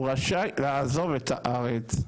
הוא רשאי לעזוב את הארץ,